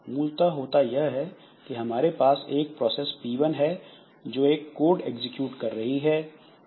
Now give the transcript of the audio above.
मूलतः होता यह है कि हमारे पास एक प्रोसेस P1 है जो एक कोड एग्जीक्यूट कर रही है